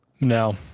No